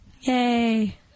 Yay